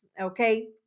okay